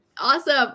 awesome